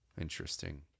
interesting